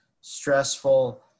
stressful